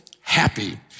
happy